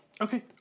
Okay